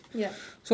yup